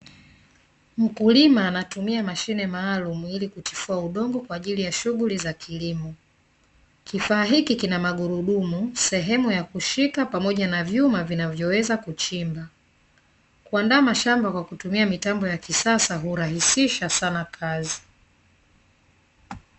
Mkulima anatumia mashine maalum ili kutifua udongo kwa ajili ya shughuli za kilimo, kifaa hiki kina magurudumu sehemu ya kushika pamoja na vyuma vinavoweza kuchimba. Kuandaa mashamba kwa kutumia mitambo ya kisasa hurahisisha sana kazi.